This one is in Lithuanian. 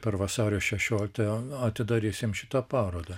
per vasario šešioliktąją atidarysim šitą parodą